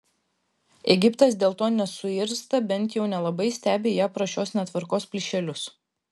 egiptas dėl to nesuirzta bent jau nelabai stebi ją pro šios netvarkos plyšelius